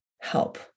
help